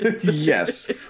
Yes